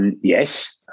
Yes